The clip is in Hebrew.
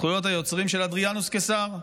זכויות היוצרים הן של אדריאנוס קיסר,